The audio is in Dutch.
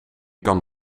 kan